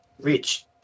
Rich